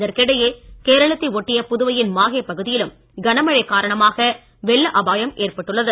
இதற்கிடையே கேரளத்தை ஒட்டிய புதுவையின் மாஹே பகுதியிலும் கனமழை காரணமாக வெள்ள அபாயம் ஏற்பட்டுள்ளது